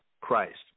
Christ